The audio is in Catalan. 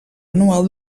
anual